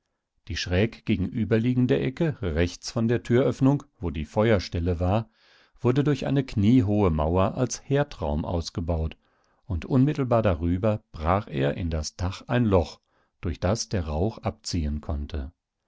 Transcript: die schräg gegenüberliegende ecke rechts von der türöffnung wo die feuerstelle war wurde durch eine kniehohe mauer als herdraum ausgebaut und unmittelbar darüber brach er in das dach ein loch durch das der rauch abziehen konnte